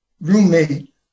roommate